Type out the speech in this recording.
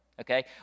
okay